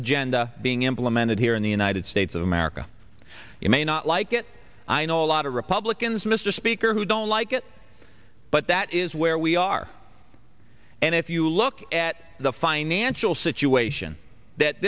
agenda being implemented here in the united states of america you may not like it i know a lot of republicans mr speaker who don't like it but that is where we are and if you look at the financial situation that